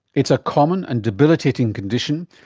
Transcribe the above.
it's a common and debilitating condition,